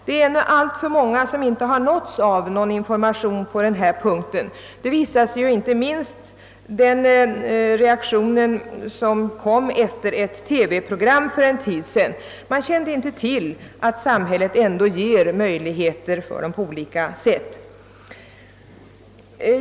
Det är för många som inte har nåtts av information på detta område. Det visar inte minst reaktionen efter ett TV-program för en tid sedan. Man kände inte till att samhället ändå ger hjälp på olika sätt.